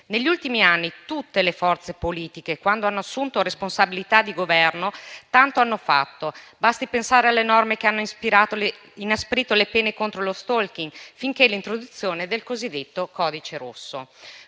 Negli ultimi anni tutte le forze politiche, quando hanno assunto responsabilità di Governo, tanto hanno fatto: basti pensare alle norme che hanno inasprito le pene contro lo *stalking*, fino all'introduzione del cosiddetto codice rosso.